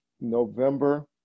November